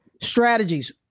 strategies